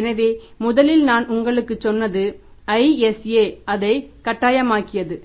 எனவே முதலில் நான் உங்களுக்குச் சொன்னது ISA அதை கட்டாயமாக்கியது